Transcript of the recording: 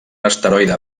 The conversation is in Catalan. asteroide